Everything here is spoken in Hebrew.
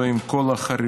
ועם כל החריפות,